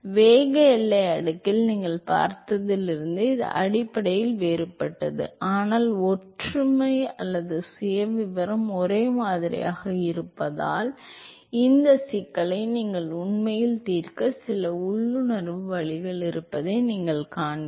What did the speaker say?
வேக எல்லை அடுக்கில் நீங்கள் பார்த்ததிலிருந்து இது அடிப்படையில் வேறுபட்டது ஆனால் ஒற்றுமை அல்லது சுயவிவரம் ஒரே மாதிரியாக இருப்பதால் இந்த சிக்கலை நீங்கள் உண்மையில் தீர்க்க சில உள்ளுணர்வு வழிகள் இருப்பதை நீங்கள் காண்பீர்கள்